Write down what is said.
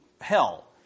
hell